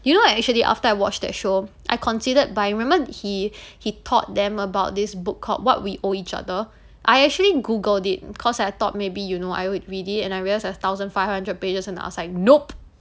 you know I actually after I watched that show I considered buy remember he he taught them about this book called what we owe each other I actually googled it cause I thought maybe you know I would read it and I realised it has a thousand five hundred pages and I was like nope